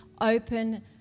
Open